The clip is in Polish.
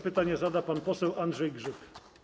Pytanie zada pan poseł Andrzej Grzyb.